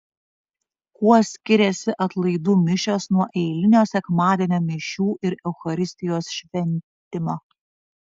kuo skiriasi atlaidų mišios nuo eilinio sekmadienio mišių ir eucharistijos šventimo